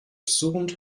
surrend